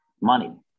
money